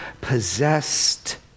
possessed